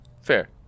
fair